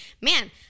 man